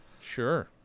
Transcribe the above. Sure